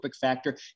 factor